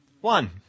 One